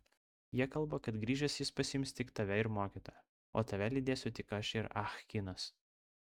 jie kalba kad grįžęs jis pasiims tik tave ir mokytoją o tave lydėsiu tik aš ir ah kinas